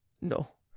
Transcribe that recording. no